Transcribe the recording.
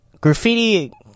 graffiti